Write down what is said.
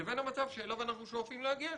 לבין המצב שאליו אנחנו שואפים להגיע,